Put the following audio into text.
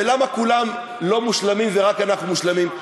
ולמה כולם לא מושלמים ורק אנחנו מושלמים.